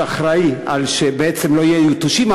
שאחראי שבעצם לא יהיו יתושים,